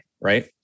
right